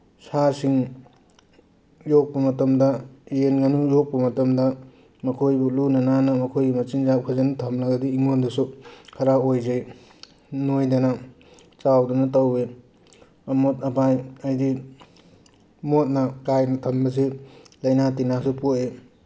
ꯁꯥꯁꯤꯡ ꯌꯣꯛꯄ ꯃꯇꯝꯗ ꯌꯦꯟ ꯉꯥꯅꯨ ꯌꯣꯛꯄ ꯃꯇꯝꯗ ꯃꯈꯣꯏꯕꯨ ꯂꯨꯅ ꯅꯥꯟꯅ ꯃꯈꯣꯏꯒꯤ ꯃꯆꯤꯟꯆꯥꯛ ꯐꯖꯅ ꯊꯝꯂꯒꯗꯤ ꯑꯩꯉꯣꯟꯗꯁꯨ ꯈꯔ ꯑꯣꯏꯖꯩ ꯅꯣꯏꯗꯅ ꯆꯥꯎꯗꯅ ꯇꯧꯋꯤ ꯑꯃꯣꯠ ꯑꯀꯥꯏ ꯍꯥꯏꯗꯤ ꯃꯣꯠꯅ ꯀꯥꯏꯅ ꯊꯝꯕꯁꯦ ꯂꯥꯏꯅꯥ ꯇꯤꯟꯅꯥꯁꯨ ꯄꯣꯛꯏ